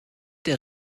der